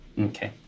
Okay